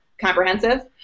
comprehensive